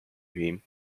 him